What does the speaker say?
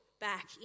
back